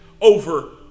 over